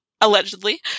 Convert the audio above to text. allegedly